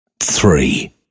three